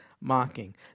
mocking